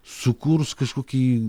sukurs kažkokį